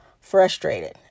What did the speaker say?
frustrated